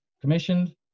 commissioned